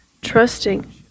trusting